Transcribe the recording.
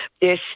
Yes